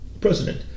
president